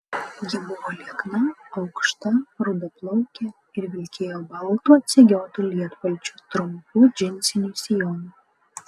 ji buvo liekna aukšta rudaplaukė ir vilkėjo baltu atsegiotu lietpalčiu trumpu džinsiniu sijonu